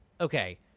okay